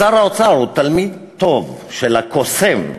שר האוצר הוא תלמיד טוב של הקוסם,